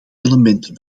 elementen